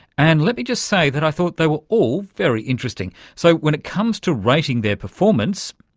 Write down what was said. and let me just say that i thought they were all very interesting. so when it comes to rating their performance,